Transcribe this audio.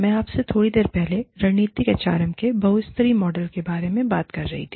मैं आपसे थोड़ी देर पहले रणनीतिक एचआरएम के बहुस्तरीय मॉडल के बारे में बात कर रही थी